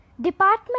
Department